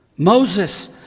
Moses